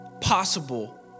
possible